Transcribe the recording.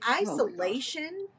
isolation